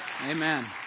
Amen